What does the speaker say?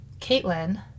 Caitlin